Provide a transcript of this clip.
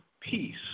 peace